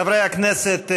חברי הכנסת,